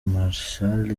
marchal